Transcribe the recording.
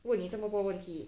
问你这么多问题